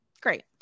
Great